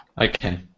Okay